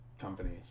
companies